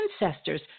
ancestors